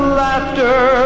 laughter